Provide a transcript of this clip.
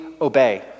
obey